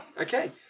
Okay